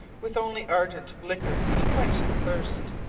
with only ardent liquor to quench his thirst!